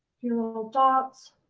few little dots.